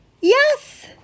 Yes